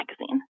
Magazine